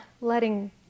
letting